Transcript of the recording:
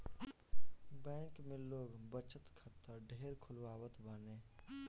bank में लोग बचत खाता ढेर खोलवावत बाने